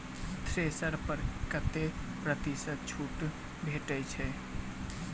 Thresher पर कतै प्रतिशत छूट भेटय छै?